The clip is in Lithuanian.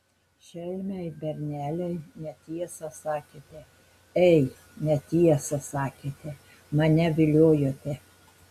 šelmiai berneliai netiesą sakėte ei netiesą sakėte mane viliojote